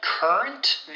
Current